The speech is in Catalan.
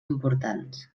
importants